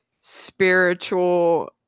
spiritual